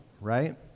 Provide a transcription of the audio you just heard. Right